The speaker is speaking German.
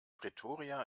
pretoria